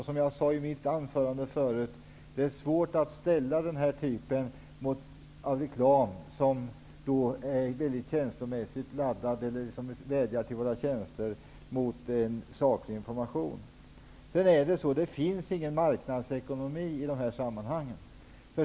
Som jag sade i mitt anförande tidigare, är det svårt att ställa den här typen av reklam, som vädjar till våra känslor, mot en saklig information. Det finns ingen marknadsekonomi i de här sammanhangen.